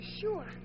Sure